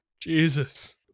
jesus